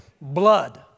blood